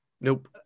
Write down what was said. Nope